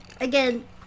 again